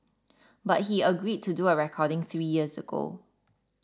but he agreed to do a recording three years ago